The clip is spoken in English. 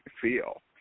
feel